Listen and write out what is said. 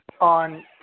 on